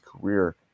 career